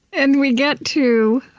and we get to